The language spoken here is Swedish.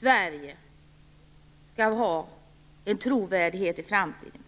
Sverige skall ha en trovärdighet i framtiden.